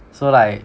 so like